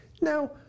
Now